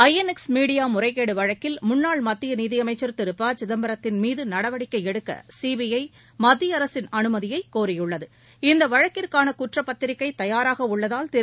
ஐ N X Media முறைகேடு வழக்கில் முன்னாள் மத்திய நிதியமைச்சர் திரு பசிதம்பரத்தின் மீது நடவடிக்கை எடுக்க சிபிற மத்திய அரசின் அனுமதியைக் கோரியுள்ளது இந்த வழக்கிற்கான குற்றப்பத்திரிக்கை தயாராக உள்ளதால் திரு